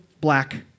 black